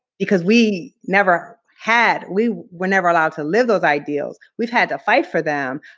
because we never had we were never allowed to live those ideals. we've had to fight for them.